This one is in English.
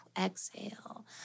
exhale